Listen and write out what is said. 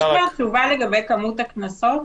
יש כבר תשובה לגבי כמות הקנסות?